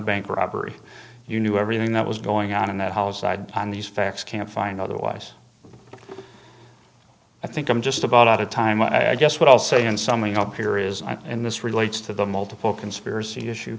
bank robbery you knew everything that was going on in that house side on these facts can't find otherwise i think i'm just about out of time i guess what i'll say and something up here is and this relates to the multiple conspiracy issue